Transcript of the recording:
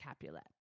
Capulet